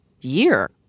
year